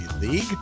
league